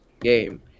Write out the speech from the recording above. game